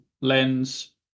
lens